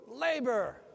labor